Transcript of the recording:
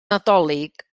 nadolig